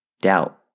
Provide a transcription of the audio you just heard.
Doubt